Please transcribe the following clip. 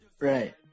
Right